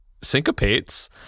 syncopates